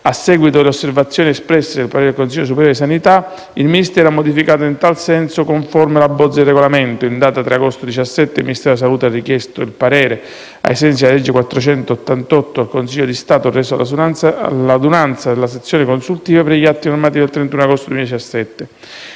A seguito delle osservazioni espresse nel parere del Consiglio superiore di sanità, il Ministero ha modificato in senso conforme la bozza di regolamento. In data 3 agosto 2017, il Ministero della salute ha richiesto il parere, ai sensi della legge n. 400 del 1988, al Consiglio di Stato, reso all'adunanza della sezione consultiva per gli atti normativi del 31 agosto 2017.